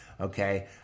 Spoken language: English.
okay